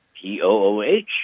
P-O-O-H